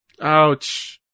Ouch